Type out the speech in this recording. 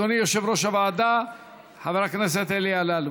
אדוני יושב-ראש הוועדה חבר הכנסת אלי אלאלוף,